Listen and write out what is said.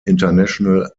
international